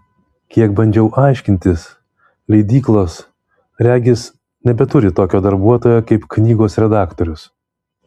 kiek bandžiau aiškintis leidyklos regis nebeturi tokio darbuotojo kaip knygos redaktorius